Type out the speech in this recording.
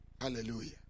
Hallelujah